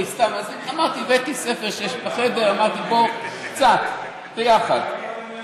הבאתי ספר שיש בחדר, אמרתי, בוא, קצת, ביחד.